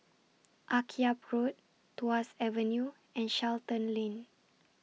Akyab Road Tuas Avenue and Charlton Lane